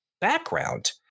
background